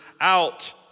out